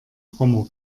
frommer